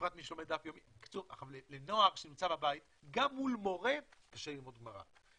גם מול מורה קשה ללמוד גמרא,